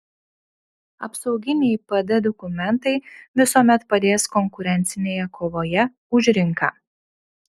apsauginiai pd dokumentai visuomet padės konkurencinėje kovoje už rinką